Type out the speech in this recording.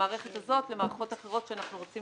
למערכת הזאת למערכות אחרות שאנחנו רוצים